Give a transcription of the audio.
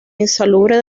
insalubre